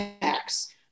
tax